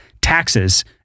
taxes